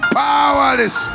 powerless